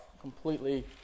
completely